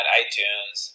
iTunes